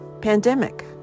pandemic